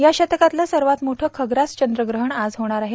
या शतकातलं सर्वात मोठं खप्रास चंद्रग्रहण आज झेणार आहे